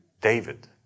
David